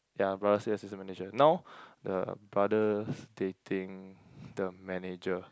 ya her brother is the assistant manager now the brothers dating the manager